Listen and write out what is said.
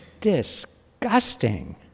Disgusting